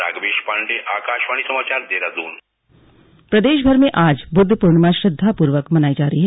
राघवेश पांडे आकाशवाणी समाचार देहरादून प्रदेश भर में आज बुद्ध पूर्णिमा श्रद्धा पूर्वक मनायी जा रही है